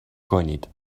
کنید